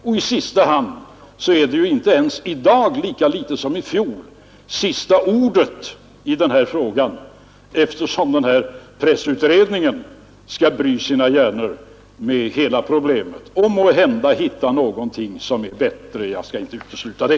I sista hand är det ju inte i dag — lika litet som det var det i fjol — som sista ordet sägs i denna fråga, eftersom ledamöterna i pressutredningen skall bry sina hjärnor med hela problemet — och måhända hitta någonting som är bättre; jag skall inte utesluta det.